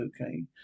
okay